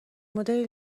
مدل